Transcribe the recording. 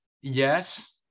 yes